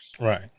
Right